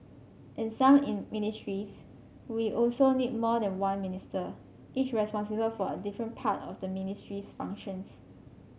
in some in ministries we also need more than one minister each responsible for a different part of the ministry's functions